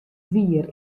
wier